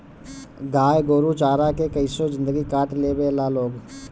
गाय गोरु चारा के कइसो जिन्दगी काट लेवे ला लोग